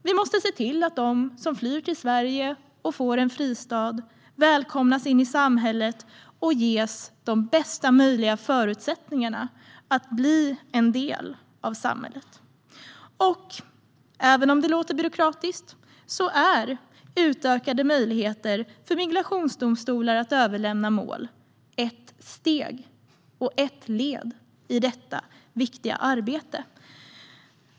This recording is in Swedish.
Vi måste se till att de som flyr till Sverige och får en fristad välkomnas in i samhället och ges bästa möjliga förutsättningar att bli en del av samhället. Även om det låter byråkratiskt är utökade möjligheter för migrationsdomstolar att överlämna mål ett steg och ett led i detta viktiga arbete.